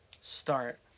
start